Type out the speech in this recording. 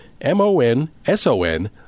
M-O-N-S-O-N